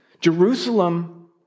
Jerusalem